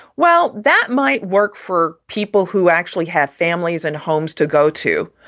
well, that might work for people who actually have families and homes to go to.